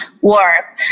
War